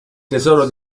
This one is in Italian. tesoro